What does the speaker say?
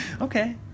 Okay